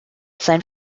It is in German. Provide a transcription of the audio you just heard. sein